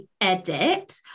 edit